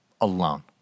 alone